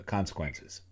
Consequences